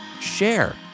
share